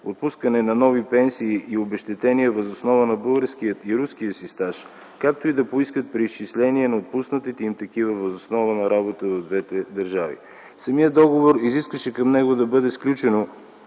отпускане на нови пенсии и обезщетения въз основа на българския и руския си стаж, както и да поискат преизчисление на отпуснатите им такива въз основа на работа в двете държави. Самият договор изискваше към него да бъде сключено